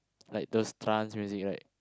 like those trance music right